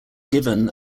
given